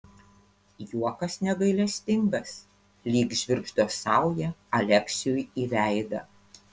juokas negailestingas lyg žvirgždo sauja aleksiui į veidą